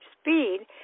speed